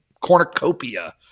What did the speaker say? cornucopia